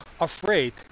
afraid